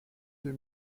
des